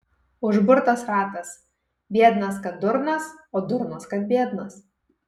užburtas ratas biednas kad durnas o durnas kad biednas